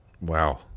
Wow